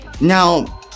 Now